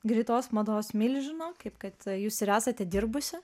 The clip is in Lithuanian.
greitos mados milžino kaip kad jūs ir esate dirbusi